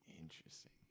Interesting